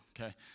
okay